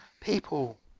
people